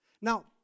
Now